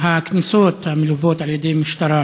הכניסות המלוות על-ידי משטרה